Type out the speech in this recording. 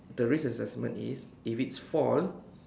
the risk assessment is if it fall